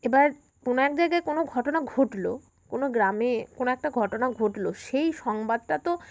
এবার কোনো এক জায়গায় কোনো ঘটনা ঘটল কোনো গ্রামে কোনো একটা ঘটনা ঘটল সেই সংবাদটা তো